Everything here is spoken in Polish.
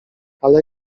ale